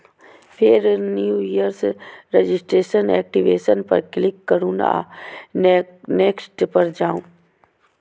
फेर new user registration, activation पर click करू आ नेक्स्ट पर जाउ